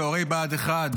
צוערי בה"ד 1,